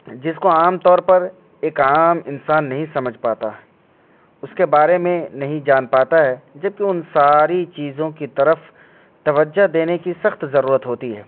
جس کو عام طور پر ایک عام انسان نہیں سمجھ پاتا اس کے بارے میں نہیں جان پاتا ہے جب کہ ان ساری چیزوں کی طرف توجہ دینے کی سخت ضرورت ہوتی ہے